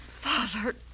Father